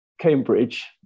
Cambridge